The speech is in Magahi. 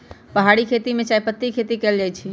पहारि खेती में चायपत्ती के खेती कएल जाइ छै